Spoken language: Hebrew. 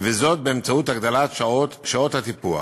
וזאת באמצעות הגדלת שעות הטיפוח.